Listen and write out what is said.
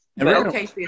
okay